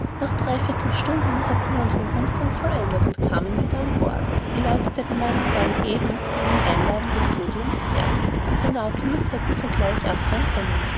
nach dreiviertel stunden hatten wir unseren rundgang vollendet und kamen wieder an bord die leute der bemannung waren eben mit dem einladen des sodiums fertig und der nautilus hätte sogleich abfahren können